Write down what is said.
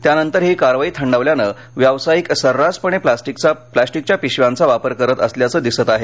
त्यानंतर ही कारवाई थंडावल्यानं व्यावसायिक सर्रासपणे प्लास्टीकचा पिशव्याचा वापर करत असल्याचं दिसतं आहे